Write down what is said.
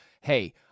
hey